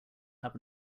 have